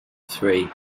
three